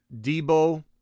Debo